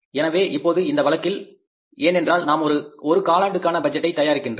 எனவே இப்போது இந்த வழக்கில் ஏனென்றால் நாம் ஒரு காலாண்டுக்கான பட்ஜெட்டை தயாரிக்கிறோம்